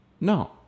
No